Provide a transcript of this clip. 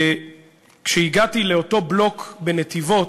וכשהגעתי לאותו בלוק בנתיבות,